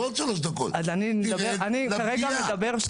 אז אני אדבר מה